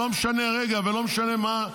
לא משנה מה הסיבות.